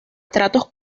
tratos